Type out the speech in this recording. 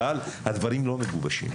אבל הדברים לא מגובשים,